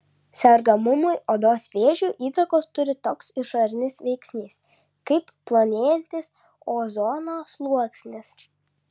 sergamumui odos vėžiu įtakos turi toks išorinis veiksnys kaip plonėjantis ozono sluoksnis